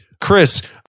Chris